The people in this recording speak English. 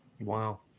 Wow